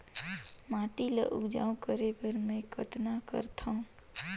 माटी ल उपजाऊ करे बर मै कतना करथव?